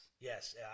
Yes